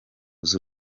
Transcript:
z’u